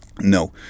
No